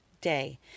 day